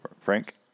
Frank